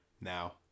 Now